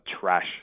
trash